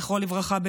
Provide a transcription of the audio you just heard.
זכרו לברכה,